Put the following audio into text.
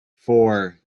four